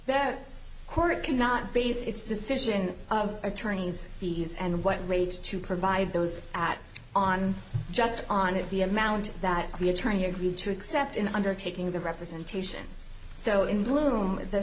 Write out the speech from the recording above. its court cannot base its decision attorney's fees and what rate to provide those at on just on the amount that the attorney agreed to accept in undertaking the representation so in bloom the